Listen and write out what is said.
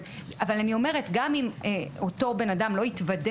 אני אומרת שגם אם אותו בן אדם לא התוודה